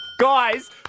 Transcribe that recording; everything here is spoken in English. Guys